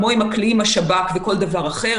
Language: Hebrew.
כמו עם הכלי עם השב"כ וכל דבר אחר